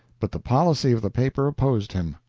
but the policy of the paper opposed him.